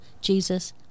jesus